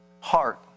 heart